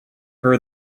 her